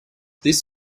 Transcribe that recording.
this